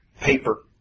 paper